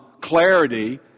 clarity